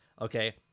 Okay